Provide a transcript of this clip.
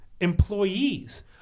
employees